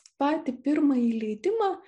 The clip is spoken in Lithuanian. patį pirmąjį leidimą